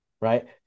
Right